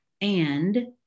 and-